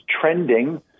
trending